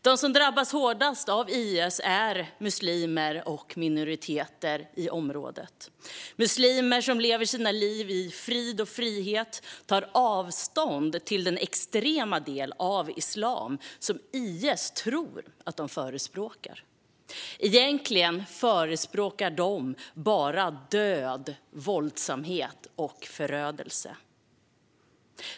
De som drabbas hårdast av IS är muslimer och minoriteter i området - muslimer som lever sina liv i frid och frihet och tar avstånd från den extrema del av islam som IS tror att de förespråkar. Egentligen förespråkar de bara död, våldsamhet och förödelse.